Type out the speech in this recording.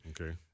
Okay